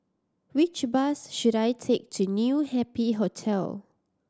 which bus should I take to New Happy Hotel